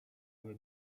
zły